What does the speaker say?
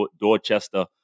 Dorchester